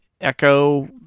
Echo